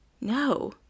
No